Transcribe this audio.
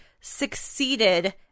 succeeded